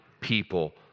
people